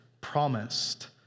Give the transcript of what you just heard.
promised